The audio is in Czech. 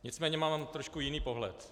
Nicméně mám trošku jiný pohled.